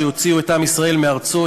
שהוציאו את עם ישראל מארצו,